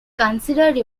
considered